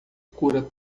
cura